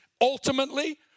ultimately